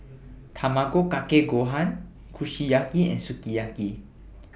Tamago Kake Gohan Kushiyaki and Sukiyaki